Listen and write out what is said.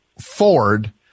Ford